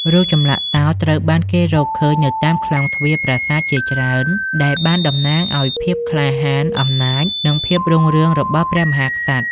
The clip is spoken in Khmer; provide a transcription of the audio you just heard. រូបចម្លាក់តោត្រូវបានគេរកឃើញនៅតាមខ្លោងទ្វារប្រាសាទជាច្រើន ដែលបានតំណាងឲ្យភាពក្លាហាន អំណាច និងភាពរុងរឿងរបស់ព្រះមហាក្សត្រ។